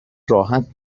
راحت